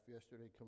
yesterday